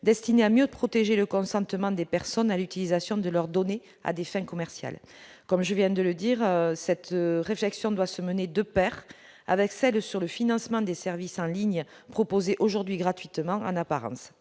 destinée à mieux protéger le consentement des personnes à l'utilisation de leurs données à des fins commerciales comme je viens de le dire, cette réflexion doit se mener de Pair avec celle sur le financement des services en ligne proposés aujourd'hui gratuitement en apparence,